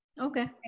Okay